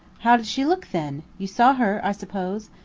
how did she look then? you saw her i suppose?